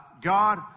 God